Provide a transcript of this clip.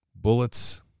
Bullets